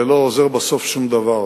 זה לא עוזר בסוף שום דבר.